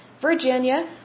Virginia